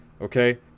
okay